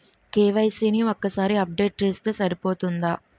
KYC ని ఒక్కసారి update చేస్తే సరిపోతుందా?